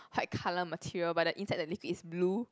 white colour material but the inside the liquid is blue